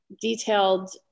detailed